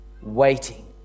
waiting